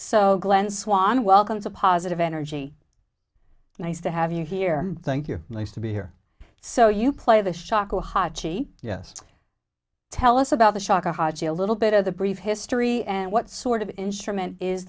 so glen swan welcomes a positive energy nice to have you here thank you nice to be here so you play the shakuhachi yes tell us about the shaka haji a little bit of the brief history and what sort of instrument is